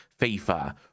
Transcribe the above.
fifa